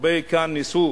הרבה כאן ניסו